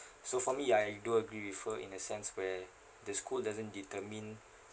so for me I do agree with her in a sense where the school doesn't determine